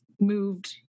moved